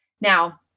Now